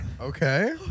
Okay